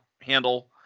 handle